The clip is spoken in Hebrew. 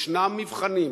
ישנם מבחנים: